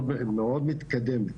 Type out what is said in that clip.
מאוד מתקדמת.